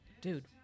Dude